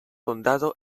condado